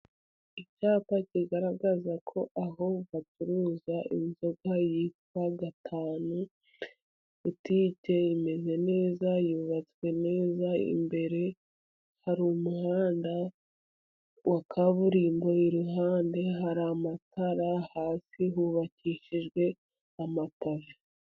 Icyapa kigaragaza ko aho bacuruza inzoga yitwa Gatanu. Butike imeze neza, yubatswe neza. Imbere hari umuhanda wa kaburimbo, iruhande hari amatara, hasi hubakishijwe amapave.